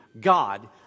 God